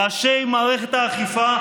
ראשי מערכת האכיפה,